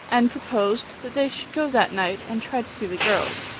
and proposed that they should go that night and try to see the girls,